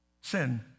sin